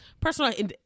personal